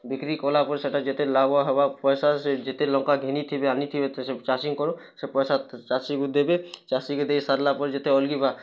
ବିକ୍ରି କଲା ପରେ ସେଇଟା ଯେତେ ଲାଭ ହେବା ପଇସା ସେ ଯେତେ ଲଙ୍କା ଘିନି ଥିବେ ଆନି ଥିବେ ସେ ଚାଷୀ ଙ୍କର ସେ ପଇସା ଚାଷୀ କୁ ଦେବେ ଚାଷୀ କି ଦେଇ ସାରିଲା ପରେ ଯେତେ ଅଲଗିବା